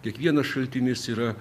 kiekvienas šaltinis yra